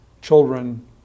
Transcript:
children